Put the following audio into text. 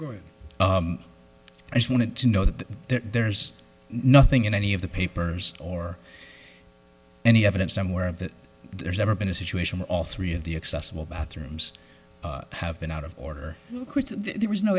i just want to know that there's nothing in any of the papers or any evidence somewhere that there's ever been a situation where all three of the accessible bathrooms have been out of order there is no